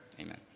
Amen